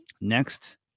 Next